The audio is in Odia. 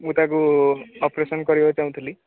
ମୁଁ ତାକୁ ଅପରେସନ୍ କରିବାକୁ ଚାହୁଁଥିଲି